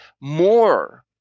more